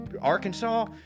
Arkansas